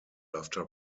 after